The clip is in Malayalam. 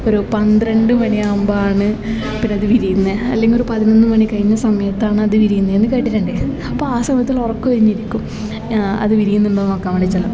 ഒരു പന്ത്രണ്ട് മണിയാകുമ്പോഴാണ് അപ്പോഴത് വിരിയുന്നത് അല്ലെങ്കിൽ ഒരു പതിനൊന്ന് മണി കഴിഞ്ഞ സമയത്താണത് വിരിയുന്നതെന്ന് കേട്ടിട്ടുണ്ട് അപ്പം ആ സമയത്തുള്ള ഉറക്കം ഒഴിഞ്ഞ് ഇരിക്കും അത് വിരിയുന്നുണ്ടോന്ന് നോക്കാൻ വേണ്ടിട്ട്